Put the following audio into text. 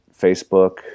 Facebook